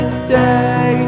stay